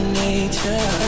nature